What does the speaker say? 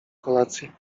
kolację